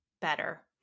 better